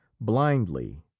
blindly